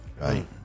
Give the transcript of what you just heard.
right